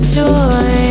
joy